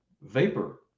vapor